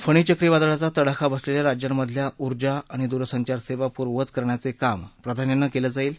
फणी चक्रीवादळाचा तडाखा बसलेल्या राज्यांमधल्या ऊर्जा आणि दूरसंचार सेवा पूर्ववत करण्याचे काम प्राधान्यानं केलं जाईल